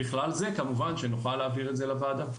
בכלל זה כמובן שנוכל להעביר את זה לוועדה.